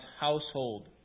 household